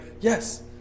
yes